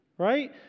Right